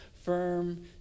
firm